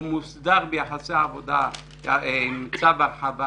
הוא מוסדר ביחסי עבודה עם צו הרחבה